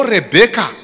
Rebecca